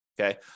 okay